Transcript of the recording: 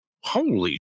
Holy